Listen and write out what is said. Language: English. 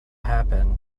happen